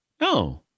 no